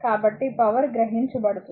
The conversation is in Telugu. కాబట్టి పవర్ గ్రహించబడుతుంది